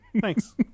thanks